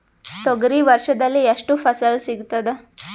ತೊಗರಿ ವರ್ಷದಲ್ಲಿ ಎಷ್ಟು ಫಸಲ ಸಿಗತದ?